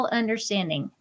understanding